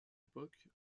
époque